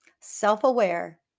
self-aware